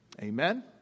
Amen